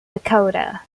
dakota